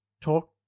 talk